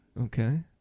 Okay